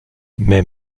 mais